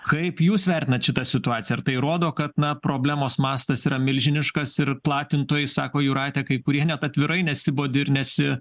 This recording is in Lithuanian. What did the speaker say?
kaip jūs vertinat šitą situaciją ar tai rodo kad na problemos mastas yra milžiniškas ir platintojai sako jūratė kai kurie net atvirai nesibodi ir nesi